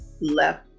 left